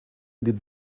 did